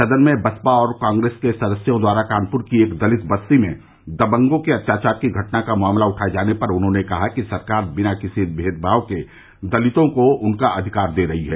सदन में बसपा और कांग्रेस के सदस्यों द्वारा कानपुर की एक दलित बस्ती में दबंगों के अत्याचार की घटना का मामला उठाये जाने पर उन्होंने कहा कि सरकार बिना किसी भेदभाव के दलितों को उनके अधिकार दे रही है